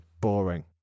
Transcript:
boring